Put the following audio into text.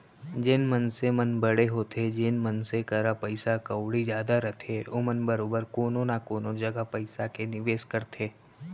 जेन मनसे मन बड़े होथे जेन मनसे करा पइसा कउड़ी जादा रथे ओमन बरोबर कोनो न कोनो जघा पइसा के निवेस करथे